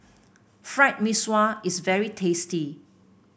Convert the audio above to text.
Fried Mee Sua is very tasty